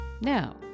now